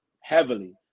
heavily